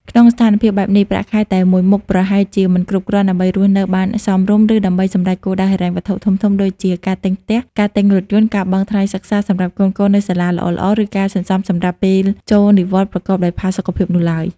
ក្នុងស្ថានភាពបែបនេះ ប្រាក់ខែតែមួយមុខប្រហែលជាមិនគ្រប់គ្រាន់ដើម្បីរស់នៅបានសមរម្យ ឬដើម្បីសម្រេចគោលដៅហិរញ្ញវត្ថុធំៗដូចជា ការទិញផ្ទះ ការទិញរថយន្ត ការបង់ថ្លៃសិក្សាសម្រាប់កូនៗនៅសាលាល្អៗ ឬការសន្សំសម្រាប់ពេលចូលនិវត្តន៍ប្រកបដោយផាសុកភាពនោះឡើយ។